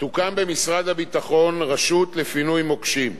תוקם במשרד הביטחון רשות לפינוי מוקשים.